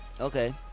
Okay